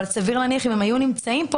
אבל סביר להניח שאם הם היו נמצאים פה